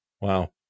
wow